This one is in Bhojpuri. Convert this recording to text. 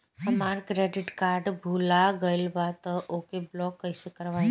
हमार क्रेडिट कार्ड भुला गएल बा त ओके ब्लॉक कइसे करवाई?